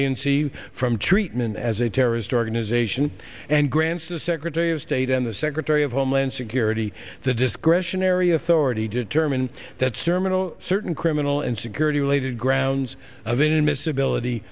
c from treatment as a terrorist organization and grants the secretary of state and the secretary of homeland security the discretionary authority to determine that sermon certain criminal and security related grounds of inadmissibility